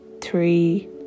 three